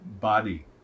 body